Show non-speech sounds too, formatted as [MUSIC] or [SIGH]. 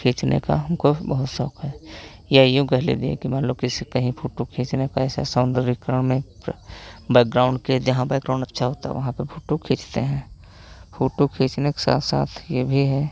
खींचने का हमको बहुत शौक है या यूँ कह लीजिए कि मान लो किस कहीं फोटो खींचने का ऐसा सौंदर्य [UNINTELLIGIBLE] प्र बैकग्राउंड के जहाँ अच्छा होता है वहां पे फोटो खींचते हैं फोटो खींचने के साथ साथ ये भी है